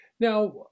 Now